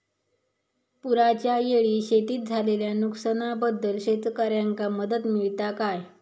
पुराच्यायेळी शेतीत झालेल्या नुकसनाबद्दल शेतकऱ्यांका मदत मिळता काय?